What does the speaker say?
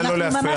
אנחנו ממש טיפשים.